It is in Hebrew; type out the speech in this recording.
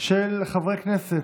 276 ו-285.